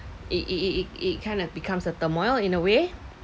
it it it it it kind of becomes a turmoil in a way